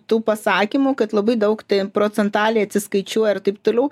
tų pasakymų kad labai daug ty procentaliai atsiskaičiuoja ir taip toliau